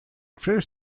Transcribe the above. three